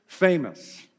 famous